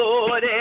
Lord